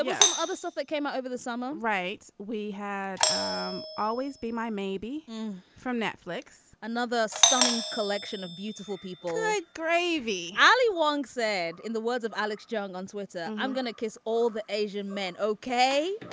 ah but some other stuff that came out ah over the summer. right. we had um always be my maybe from netflix another stunning collection of beautiful people like gravy ali wong said in the words of alex jones on twitter i'm gonna kiss all the asian men okay.